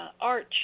arch